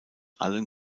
allen